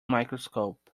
microscope